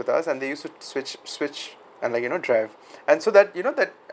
with us and they used to switch switch and like you know drive and so that you know that